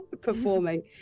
performing